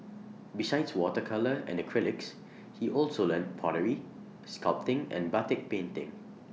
besides water colour and acrylics he also learnt pottery sculpting and batik painting